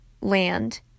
land